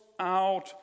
out